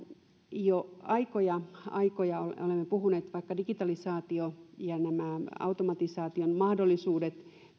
jo aikoja aikoja olemme puhuneet siitä että vaikka digitalisaatio ja nämä automatisaation mahdollisuudet